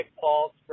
Paul